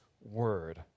word